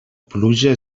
pluja